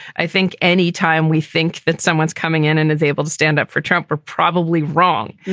i think anytime we think that someone's coming in and is able to stand up for trump were probably wrong.